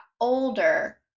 older